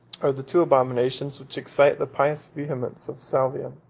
are the two abominations which excite the pious vehemence of salvian,